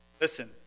Listen